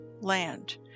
land